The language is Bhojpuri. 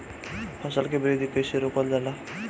फसल के वृद्धि कइसे रोकल जाला?